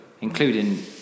including